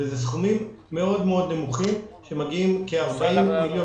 וזה סכומים נמוכים מאוד שמגיעים כ-40 מיליון